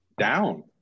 down